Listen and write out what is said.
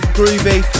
groovy